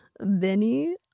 Benny